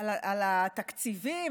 על התקציבים,